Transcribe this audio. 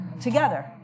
together